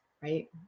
Right